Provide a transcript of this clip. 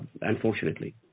unfortunately